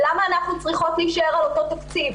למה אנחנו צריכות להישאר על אותו תקציב?